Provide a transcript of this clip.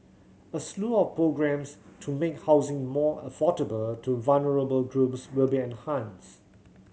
a slew of programmes to make housing more affordable to vulnerable groups will be enhanced